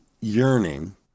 yearning